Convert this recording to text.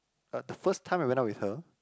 uh the first time I went out with her